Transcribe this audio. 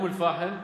אום-אל-פחם,